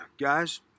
Guys